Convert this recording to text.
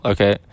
Okay